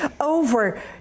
over